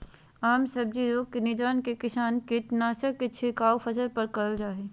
आम सब्जी रोग के निदान ले किसान कीटनाशक के छिड़काव फसल पर करल जा हई